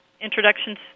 introductions